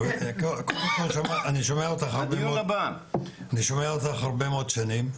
קודם כל אני שומע אותך הרבה מאוד שנים,